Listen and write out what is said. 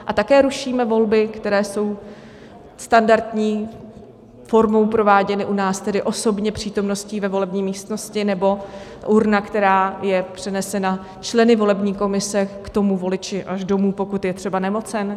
A také rušíme volby, které jsou standardní formou prováděny u nás, tedy osobně přítomností ve volební místnosti, anebo urna, která je přenesena členy volební komise k voliči až domů, pokud je třeba nemocen?